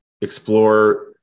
explore